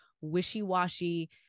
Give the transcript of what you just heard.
wishy-washy